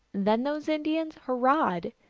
then those indians hur rahed.